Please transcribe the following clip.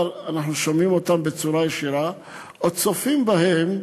אנחנו שומעים אותם בצורה ישירה או צופים בהם